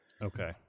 Okay